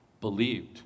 believed